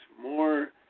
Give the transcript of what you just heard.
more